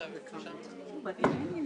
שמועסקת דרך חברות כוח אדם